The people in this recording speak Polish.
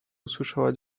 usłyszałam